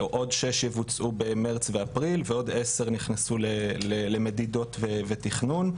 עוד שש יבוצעו במרץ ובאפריל ועוד עשר נכנסו למדידות ותכנון.